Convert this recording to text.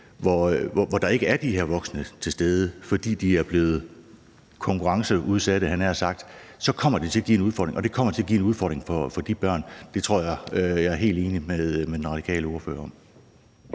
landet ikke er de her voksne til stede, fordi de er blevet konkurrenceudsatte – havde jeg nær sagt – så kommer det til at give en udfordring, og det kommer til at give en udfordring for de børn. Det tror jeg at jeg er helt enig med den radikale ordfører om.